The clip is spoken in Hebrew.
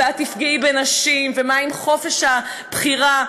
את תפגעי בנשים, ומה עם חופש הבחירה?